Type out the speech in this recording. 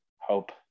hope